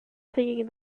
thinking